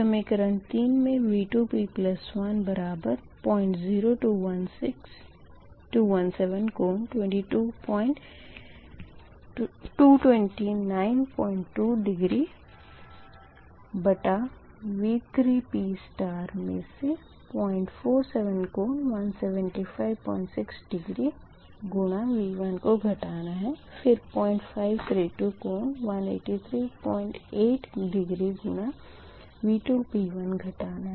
समीकरण 3 मे V2p1 00217 कोण 2292 डिग्री बटा V3pमे से 047 कोण 1756 डिग्री गुणा V1 को घटाना है फिर 0532 कोण 1838 डिग्री गुणा V2p1 घटाना है